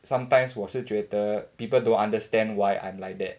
sometimes 我是 people don't understand why I'm like that